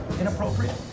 inappropriate